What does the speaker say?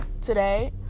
today